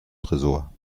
tresor